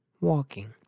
walking